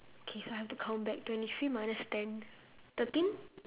okay so I have to count back twenty three minus ten thirteen